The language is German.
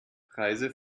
preise